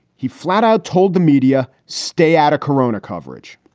he flat out told the media, stay out of corona coverage